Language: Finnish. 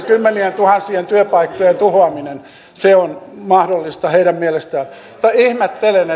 kymmenientuhansien työpaikkojen tuhoaminen se on mahdollista heidän mielestään mutta ihmettelen